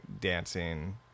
dancing